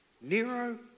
Nero